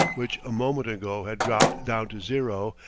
which a moment ago had dropped down to zero,